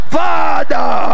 father